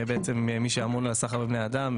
מי שאמון על השכר בבני אדם,